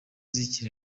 zikiri